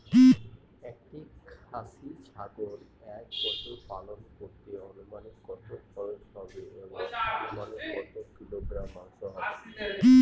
একটি খাসি ছাগল এক বছর পালন করতে অনুমানিক কত খরচ হবে এবং অনুমানিক কত কিলোগ্রাম মাংস হবে?